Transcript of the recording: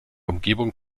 umgebung